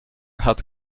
hat